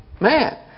Man